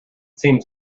seems